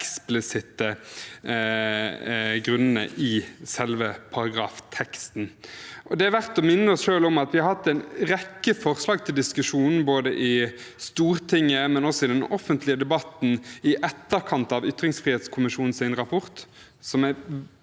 eksplisitte grunnene i selve paragrafteksten. Det er verdt å minne oss selv om at vi har hatt en rekke forslag til diskusjon både i Stortinget og i den offentlige debatten i etterkant av ytringsfrihetskommisjonens rapport – som jeg